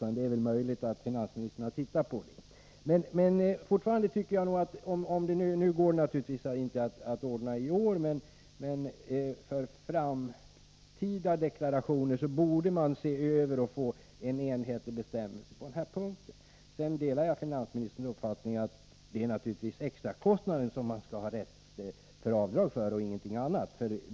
Nu går det naturligtvis inte att genomföra några ändringar i år, men för Nr 23 framtida deklarationer borde man se över bestämmelserna och få till stånd en å t - ja Måndagen den enhetlig behandling av de resor det gäller. Jag delar naturligtvis finansminis 14 november 1983 terns uppfattning att det är för extrakostnaderna som man skall ha rätt till... avdrag, inte för någonting annat.